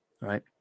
right